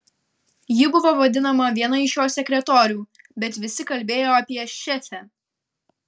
ji buvo vadinama viena iš jo sekretorių bet visi kalbėjo apie šefę